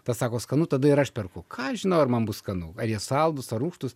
tas sako skanu tada ir aš perku ką aš žinau ir man bus skanu ar jie saldūs ar rūgštūs